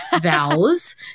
vows